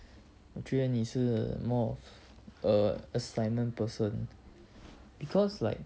我觉得你是 more of a assignment person because like